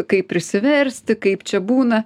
kaip prisiversti kaip čia būna